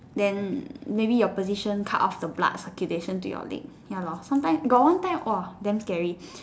then maybe your position cut off the blood circulation to your leg sometime got one time !wah! demon scary